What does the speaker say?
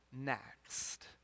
next